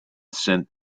sent